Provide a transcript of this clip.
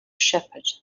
shepherd